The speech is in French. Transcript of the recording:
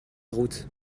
route